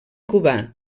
cubà